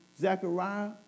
Zechariah